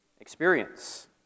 Experience